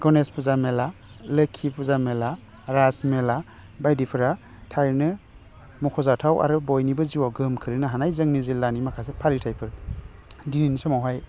गनेश फुजा मेला लोखि फुजा मेला राज मेला बायदिफोरा थारैनो मख'जाथाव आरो बयनिबो जिउआव गोहोम खोलैनो हानाय जोंनि जिल्लानि माखासे फालिथाइफोर दिनैनि समावहाय